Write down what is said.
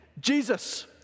Jesus